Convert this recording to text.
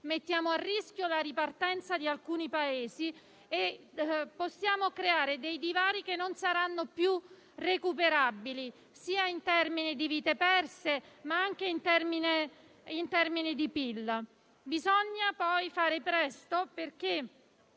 mettiamo a rischio la ripartenza di alcuni Paesi e possiamo creare divari che non saranno più recuperabili in termini sia di vite perse sia di PIL. Bisogna poi fare presto, perché